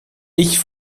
ich